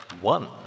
one